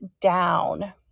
down